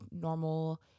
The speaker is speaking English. normal